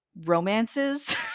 romances